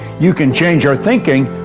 you can change your thinking,